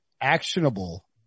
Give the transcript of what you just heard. actionable